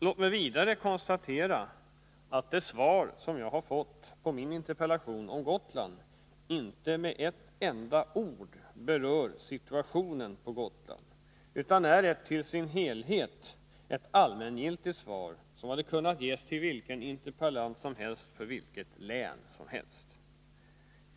Låt mig vidare konstatera att det svar som jag har fått på min interpellation om Gotland inte med ett enda ord berör situationen på Gotland, utan det är i sin helhet ett allmängiltigt svar, som hade kunnat ges vilken interpellant som helst för vilket län som helst.